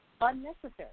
unnecessary